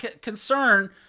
concern